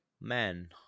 men